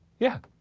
yeah.